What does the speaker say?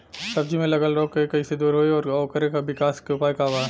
सब्जी में लगल रोग के कइसे दूर होयी और ओकरे विकास के उपाय का बा?